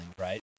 right